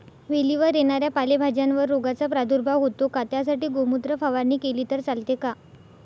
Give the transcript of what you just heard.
वेलीवर येणाऱ्या पालेभाज्यांवर रोगाचा प्रादुर्भाव होतो का? त्यासाठी गोमूत्र फवारणी केली तर चालते का?